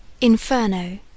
Inferno